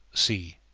c.